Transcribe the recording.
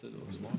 אז הכנסנו פה